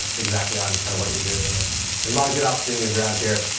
exactly. i'm kind of what you're doing and there's a lot of good opportunities around here,